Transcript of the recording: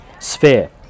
sphere